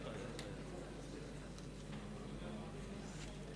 לפי התקנון,